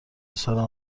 سرم